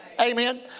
Amen